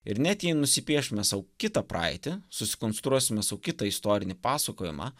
ir net jei nusipiešime sau kitą praeitį susikonstruosime sau kitą istorinį pasakojimą